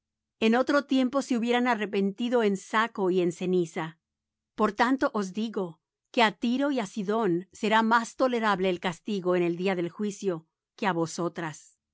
en otro tiempo se hubieran arrepentido en saco y en ceniza por tanto os digo que á tiro y á sidón será más tolerable el castigo en el día del juicio que á vosotras